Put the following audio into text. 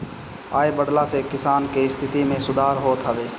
आय बढ़ला से किसान के स्थिति में सुधार होत हवे